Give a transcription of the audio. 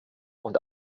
und